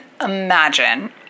imagine